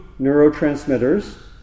neurotransmitters